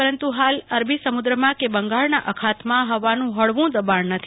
પરંતુ હાલ અરબી સમુદ્રમાં કે બંગાળના અખાતમાં હવાનું હળવું દબાણ નથી